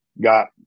got